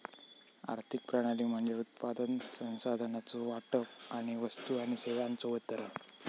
आर्थिक प्रणाली म्हणजे उत्पादन, संसाधनांचो वाटप आणि वस्तू आणि सेवांचो वितरण